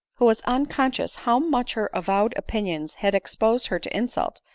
who was unconscious how much her avowed opinions had exposed her to insult,